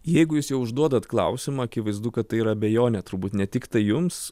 jeigu jus jau užduodat klausimą akivaizdu kad tai yra abejonė turbūt ne tik tai jums